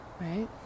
Right